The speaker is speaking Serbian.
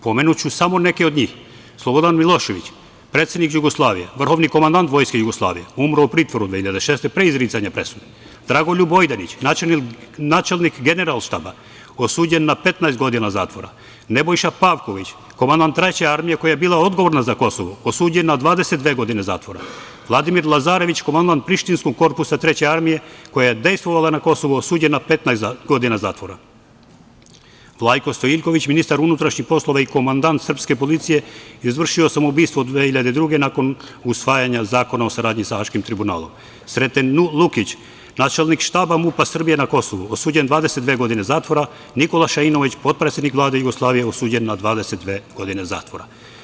Pomenuću samo neke od njih: Slobodan Milošević, predsednik Jugoslavije, vrhovni komandant Vojske Jugoslavije, umro u pritvoru 2006. godine pre izricanja presude; Dragoljub Ojdanić, načelnik Generalštaba, osuđen na 15 godina zatvora; Nebojša Pavković, komandant Treće armije koja je bila odgovorna za Kosovo, osuđen na 22 godine zatvora; Vladimir Lazarević, komandant Prištinskog korpusa Treće armije koja je dejstvovala na Kosovu, osuđen na 15 godina zatvora; Vlajko Stojiljković, ministar unutrašnjih poslova i komandant srpske policije, izvršio samoubistvo 2002. godine, nakon usvajanja Zakona o saradnji sa Haškim tribunalom; Sreten Lukić, načelnik štaba MUP-a Srbije na Kosovu, osuđen na 22 godine zatvora; Nikola Šainović, potpredsednik Vlade Jugoslavije, osuđen na 22 godine zatvora.